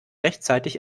rechtzeitig